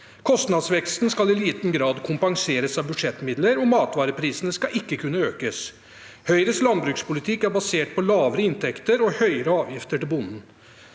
Kostnadsveksten skal i liten grad kompenseres av budsjettmidler, og matvareprisene skal ikke kunne økes. Høyres landbrukspolitikk er basert på lavere inntekter og høyere avgifter til bonden.